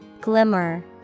Glimmer